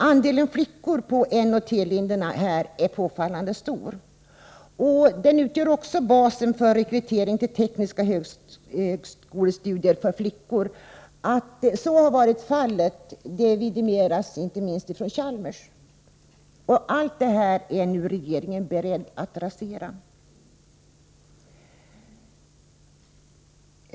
Andelen flickor på N och T-linjerna är påfallande stor. Skolan utgör också bas för rekryteringen till tekniska högskolestudier för flickor. Att så har varit fallet vidimeras inte minst från Chalmers. Allt detta är nu regeringen beredd att rasera.